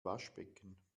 waschbecken